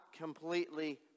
completely